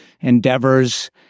endeavors